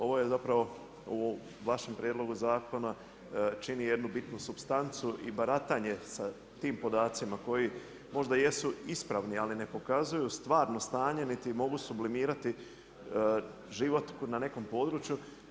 Ovo je zapravo u vašem prijedlogu zakona čini jednu bitnu supstancu i baratanje sa tim podacima koji možda jesu ispravni ali ne pokazuju stvarno stanje, niti mogu sublimirati život na nekom području.